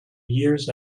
years